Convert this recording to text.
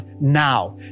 now